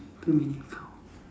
too many headcount